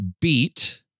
beat